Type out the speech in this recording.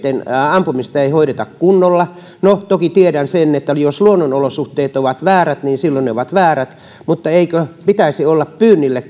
ampumista ei ei hoideta kunnolla no toki tiedän että jos luonnonolosuhteet ovat väärät niin silloin ne ovat väärät mutta eikö pitäisi olla pyynnille